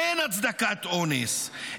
אין הצדקת אונס,